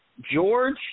George